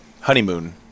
honeymoon